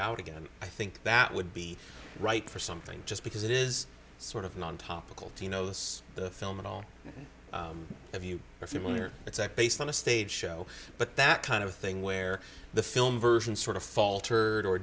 out again i think that would be right for something just because it is sort of non topical tino's the film and all of you are familiar it's based on a stage show but that kind of thing where the film version sort of falter or